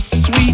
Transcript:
sweet